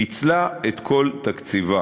ניצלה את כל תקציבה